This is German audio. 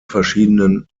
verschiedenen